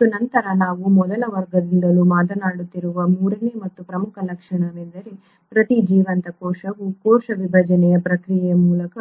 ಮತ್ತು ನಂತರ ನಾವು ಮೊದಲ ವರ್ಗದಿಂದಲೂ ಮಾತನಾಡುತ್ತಿರುವ ಮೂರನೇ ಮತ್ತು ಪ್ರಮುಖ ಲಕ್ಷಣವೆಂದರೆ ಪ್ರತಿ ಜೀವಂತ ಕೋಶವು ಕೋಶ ವಿಭಜನೆಯ ಪ್ರಕ್ರಿಯೆಯ ಮೂಲಕ